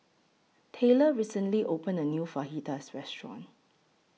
Tayla recently opened A New Fajitas Restaurant